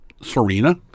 Serena